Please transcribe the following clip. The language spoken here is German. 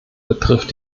betrifft